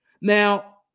Now